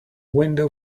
window